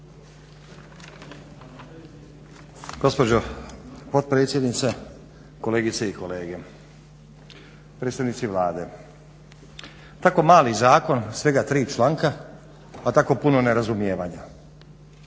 Gospođo potpredsjednice, kolegice i kolege. Predstavnici Vlade, tako mali zakon svega tri članka, a tako puno nerazumijevanja.